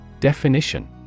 Definition